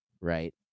right